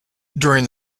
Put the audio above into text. during